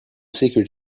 secret